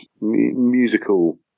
musical